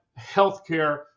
healthcare